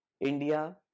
India